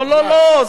לא, לא, לא.